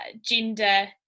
gender